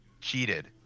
cheated